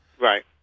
Right